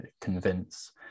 convince